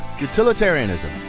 Utilitarianism